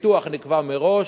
הפיתוח נקבע מראש,